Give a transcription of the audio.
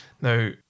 Now